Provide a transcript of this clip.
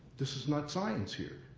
this is not science here.